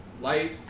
light